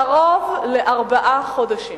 קרוב לארבעה חודשים,